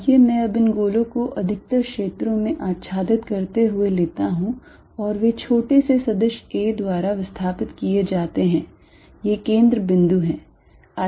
आइए मैं अब इन गोलों को अधिकतर क्षेत्रों में अतिछादित होते हुए लेता हूं और वे छोटे से सदिश a द्वारा विस्थापित किए जाते हैं ये केंद्र बिंदु हैं